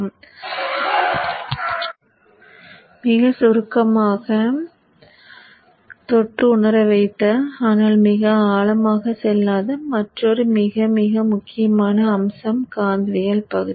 நான் உங்களை மிக சுருக்கமாக தொட்டு உணரவைத்த ஆனால் மிக ஆழமாகச் செல்லாத மற்றொரு மிக மிக முக்கியமான அம்சம் காந்தவியல் பகுதி